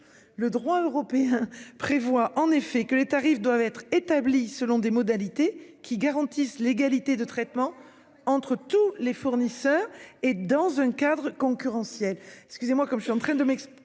Le droit européen prévoit en effet que les tarifs doivent être établies selon des modalités qui garantissent l'égalité de traitement entre tous les fournisseurs et dans un cadre concurrentiel